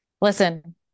listen